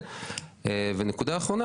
ונקודה אחרונה,